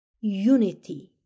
unity